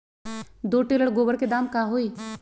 दो टेलर गोबर के दाम का होई?